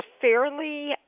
fairly